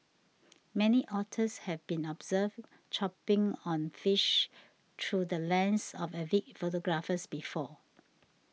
many otters have been observed chomping on fish through the lens of avid photographers before